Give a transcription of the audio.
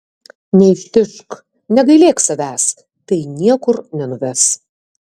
neištižk negailėk savęs tai niekur nenuves